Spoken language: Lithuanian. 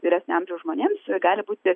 vyresnio amžiaus žmonėms gali būti